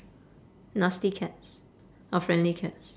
nasty cats or friendly cats